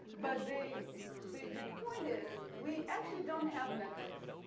but the the point is we actually don't have networks.